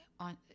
on